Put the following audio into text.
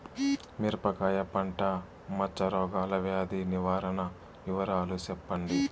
మిరపకాయ పంట మచ్చ రోగాల వ్యాధి నివారణ వివరాలు చెప్పండి?